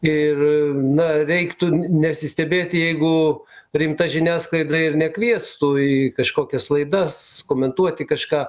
ir na reiktų nesistebėti jeigu rimta žiniasklaida ir nekviestų į kažkokias laidas komentuoti kažką